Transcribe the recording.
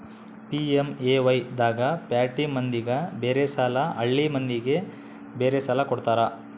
PMAY ದಾಗ ಪ್ಯಾಟಿ ಮಂದಿಗ ಬೇರೆ ಸಾಲ ಹಳ್ಳಿ ಮಂದಿಗೆ ಬೇರೆ ಸಾಲ ಕೊಡ್ತಾರ